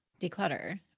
declutter